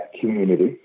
community